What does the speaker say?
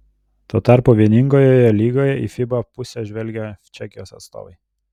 tuo tarpu vieningojoje lygoje į fiba pusę žvelgia čekijos atstovai